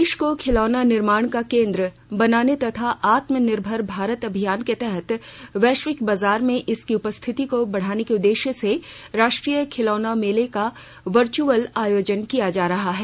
देश को खिलौना निर्माण का केन्द्र बनाने तथा आत्मनिर्भर भारत अभियान के तहत वैश्विक बाजार में इसकी उपस्थिति को बढाने के उद्देश्य से राष्ट्रीय खिलौना मेले का वर्चुअल आयोजन किया जा रहा है